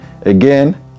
Again